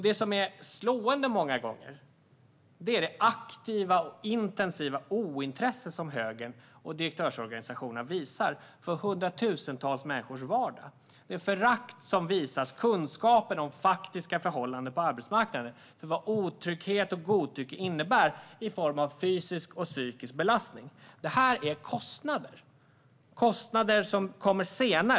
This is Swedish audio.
Det som många gånger är slående är det aktiva och intensiva ointresse som högern och direktörsorganisationerna visar för hundratusentals människors vardag - det förakt som visas gentemot kunskapen om faktiska förhållanden på arbetsmarknaden och gentemot kunskapen om vad otrygghet och godtycke innebär i form av fysisk och psykisk belastning. Det här är kostnader - kostnader som kommer senare.